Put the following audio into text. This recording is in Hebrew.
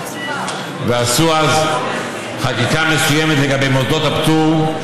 עשו אז חקיקה מסוימת לגבי מוסדות הפטור,